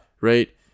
Right